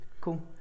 cool